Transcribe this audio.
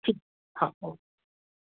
ठीक हा हो